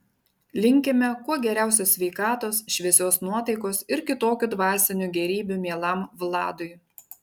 linkime kuo geriausios sveikatos šviesios nuotaikos ir kitokių dvasinių gėrybių mielam vladui